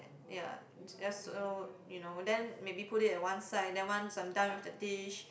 ya just so you know then maybe put it at one side then once I'm done with the dish